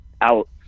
out